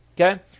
okay